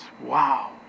Wow